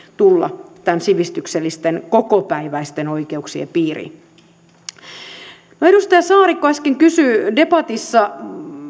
tulla näiden sivistyksellisten kokopäiväisten oikeuksien piiriin kun edustaja saarikko äsken kysyi debatissa